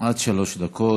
עד שלוש דקות.